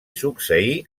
succeí